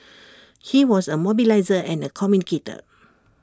he was A mobiliser and A communicator